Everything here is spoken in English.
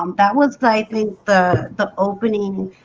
um that was i think the the opening